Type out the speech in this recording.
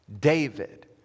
David